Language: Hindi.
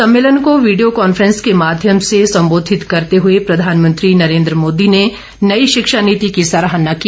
सम्मेलन को वीडियो कांफ्रेंस के माध्यम से संबोधित करते हुए प्रधानमंत्री नरेन्द्र मोदी ने नई शिक्षा नीति की सराहना की